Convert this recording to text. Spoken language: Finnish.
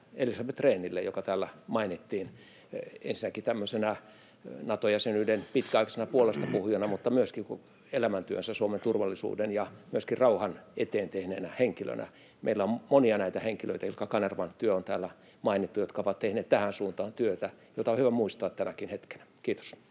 Elisabeth Rehnille, joka täällä mainittiin, ensinnäkin tämmöisenä Nato-jäsenyyden pitkäaikaisena puolestapuhujana mutta myöskin elämäntyönsä Suomen turvallisuuden ja myöskin rauhan eteen tehneenä henkilönä. Meillä on monia näitä henkilöitä — Ilkka Kanervan työ on täällä mainittu — jotka ovat tehneet tähän suuntaan työtä, joka on hyvä muistaa tänäkin hetkenä. — Kiitos.